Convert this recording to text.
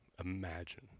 imagine